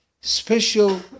special